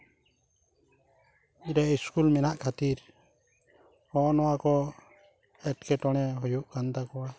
ᱚᱸᱰᱮ ᱤᱥᱠᱩᱞ ᱢᱮᱱᱟᱜ ᱠᱷᱟᱹᱛᱤᱨ ᱦᱚᱸᱜᱼᱚ ᱱᱚᱣᱟ ᱠᱚ ᱮᱴᱠᱮᱴᱚᱬᱮ ᱦᱩᱭᱩᱜ ᱠᱟᱱ ᱛᱟᱠᱚᱣᱟ